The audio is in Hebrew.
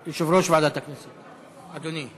ההצעה להעביר את הצעת חוק זכויות הדייר בדיור